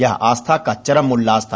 यह आस्था का चरम उल्लास था